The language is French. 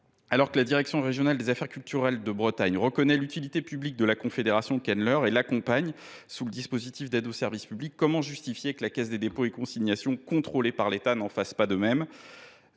Alors que la direction régionale des affaires culturelles (Drac) de Bretagne reconnaît l’utilité publique de la confédération Kenleur et l’accompagne le dispositif d’aide au service des publics, comment justifier que la Caisse des dépôts et consignations, qui est sous tutelle de l’État, n’en fasse pas de même ?